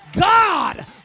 God